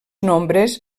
nombres